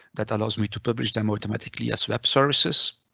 that allows me to publish them automatically as web services.